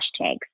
hashtags